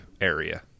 area